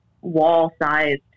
wall-sized